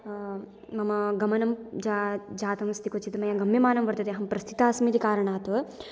मम गमनं जातमस्ति क्वचित् मया गम्यमानं वर्तते अहं प्रस्थिता अस्मि इति कारणात्